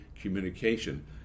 communication